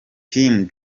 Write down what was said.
kim